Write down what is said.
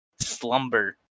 slumber